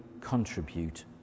contribute